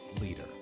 leader